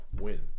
win